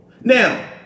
Now